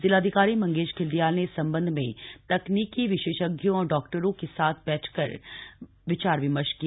जिलाधिकारी मंगेश घिल्डियाल ने इस संबंध में तकनीकी विशेषज्ञों और डॉक्टरों के साथ बैठक कर विचार विमर्श किया